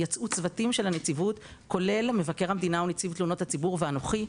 יצאו צוותים של הנציבות כולל מבקר המדינה ונציב תלונות הציבור ואנוכי,